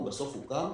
בסוף הוא הוקם,